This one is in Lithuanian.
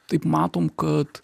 taip matom kad